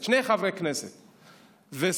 שני חברי כנסת ושר,